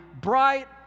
bright